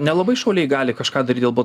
nelabai šauliai gali kažką daryti